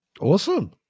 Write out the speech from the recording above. awesome